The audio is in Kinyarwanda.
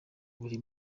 buri